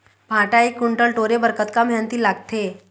भांटा एक कुन्टल टोरे बर कतका मेहनती लागथे?